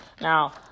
Now